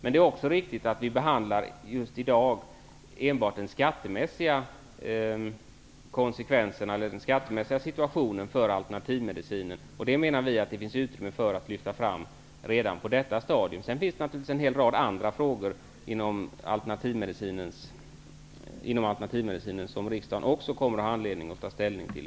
Det är också riktigt att vi i dag enbart diskuterar den skattemässiga situationen för alternativmedicinen, vilket det finns utrymme för att lyfta fram redan på detta stadium. Sedan finns det naturligtvis en rad andra frågor inom alternativmedicinen som riksdagen i ett senare skede också kommer att ha anledning ta ställning till.